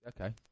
Okay